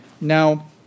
Now